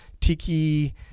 tiki